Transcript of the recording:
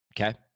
Okay